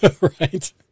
right